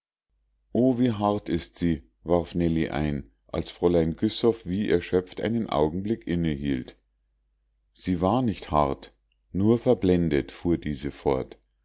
o wie hart ist sie warf nellie ein als fräulein güssow wie erschöpft einen augenblick innehielt sie war nicht hart nur verblendet fuhr diese fort